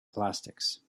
plastics